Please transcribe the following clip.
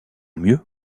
mieux